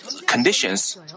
conditions